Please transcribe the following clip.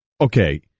okay